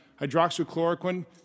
Hydroxychloroquine